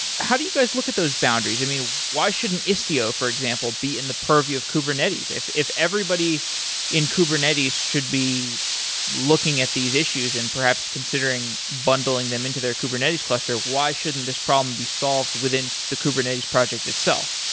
how do you guys look at those boundaries? and why shouldn't istio, for example, be in the purview of kubernetes? if if everybody in kubernetes should be looking at these issues and perhaps considering bundling them into their kubernetes cluster, why shouldn't this problem be solved within the kubernetes project itself?